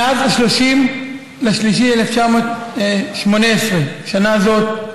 מאז 30 במרס 2018, שנה זו,